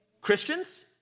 Christians